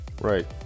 Right